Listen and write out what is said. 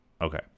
okay